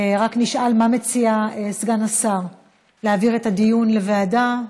רק נשאל מה מציע סגן השר, להעביר את הדיון לוועדה?